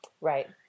Right